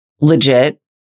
legit